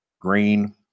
green